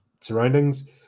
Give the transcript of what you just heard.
surroundings